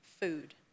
food